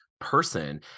person